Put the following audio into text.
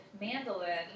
mandolin